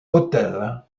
hôtel